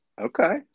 Okay